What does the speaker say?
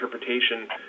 interpretation